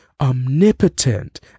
omnipotent